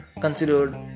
considered